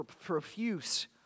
Profuse